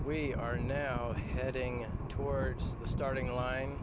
we are now heading towards the starting line